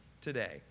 today